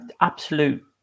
absolute